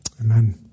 Amen